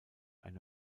eine